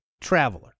traveler